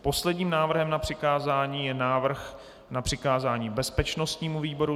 Posledním návrhem na přikázání je návrh na přikázání bezpečnostnímu výboru.